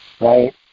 Right